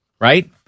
right